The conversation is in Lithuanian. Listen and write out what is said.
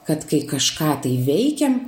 kad kai kažką veikiam